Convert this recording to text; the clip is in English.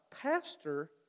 pastor